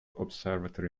observatory